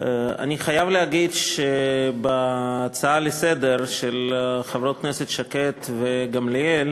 אני חייב להגיד שבהצעות לסדר-היום של חברות הכנסת שקד וגמליאל,